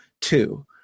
two